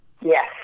Yes